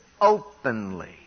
openly